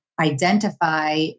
identify